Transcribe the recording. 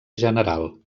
general